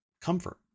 comfort